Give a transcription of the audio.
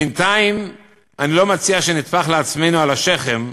בינתיים, אני לא מציע שנטפח לעצמנו על השכם,